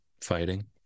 fighting